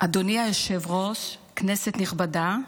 אדוני היושב-ראש, כנסת נכבדה,